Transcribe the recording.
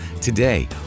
Today